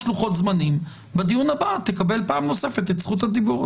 יש לוחות זמנים ובדיון הבא תקבל פעם נוספת את זכות הדיבור.